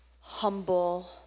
humble